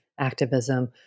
activism